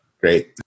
Great